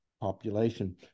population